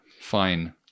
fine